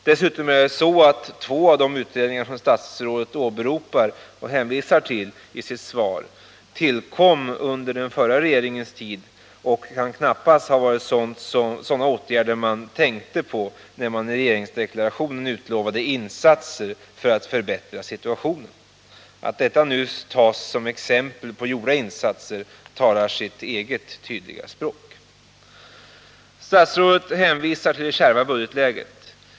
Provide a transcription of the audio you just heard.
Dessutom är det så att två av de utredningar som statsrådet åberopar och hänvisar till i svaret tillkom under den förra regeringens tid, och det kan knappast ha varit sådana åtgärder som regeringen tänkte på när den i regeringsdeklarationen utlovade insatser för att förbättra situationen. Att dessa utredningar nu tas som exempel på gjorda insatser talar sitt eget tydliga språk. Statsrådet hänvisar till det kärva budgetläget.